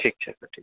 ठीक छै सर ठीक छै